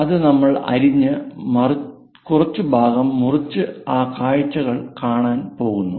അത് നമ്മൾ അരിഞ്ഞത് കുറച്ചു ഭാഗം മുറിച്ച് ആ കാഴ്ച കാണിക്കാൻ പോകുന്നു